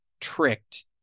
tricked